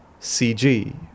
CG